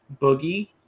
Boogie